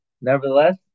Nevertheless